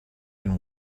and